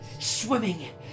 swimming